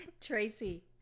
Tracy